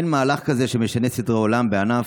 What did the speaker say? איך מהלך כזה, שמשנה סדרי עולם בענף,